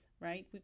right